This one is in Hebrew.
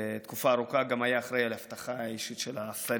שתקופה ארוכה גם היה אחראי על האבטחה האישית של השרים,